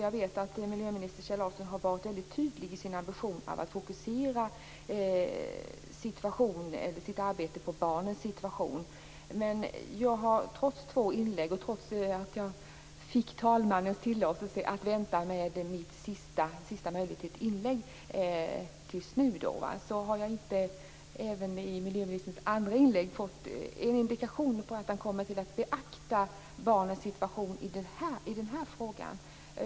Jag vet att nye miljöministern Kjell Larsson har varit mycket tydlig i sin ambition att fokusera sitt arbete på barnens situation. Men trots två inlägg och trots att jag fick talmannens tillåtelse att vänta med mitt sista inlägg tills nu, har jag inte ens i miljöministerns andra inlägg fått en indikation på att han kommer att beakta barnens situation i den här frågan.